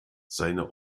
seine